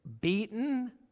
beaten